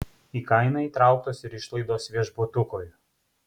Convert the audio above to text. į kainą įtrauktos ir išlaidos viešbutukui